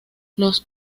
los